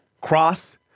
cross